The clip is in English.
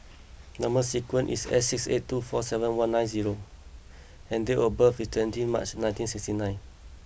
number sequence is S six eight two four seven one nine zero and date of birth is twenty March nineteen sixty nine